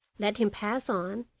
let him pass on,